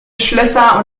schlösser